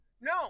No